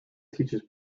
teaches